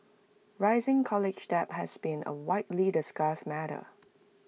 rising college debt has been A widely discussed matter